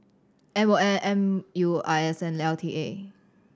M O M U I S and L T A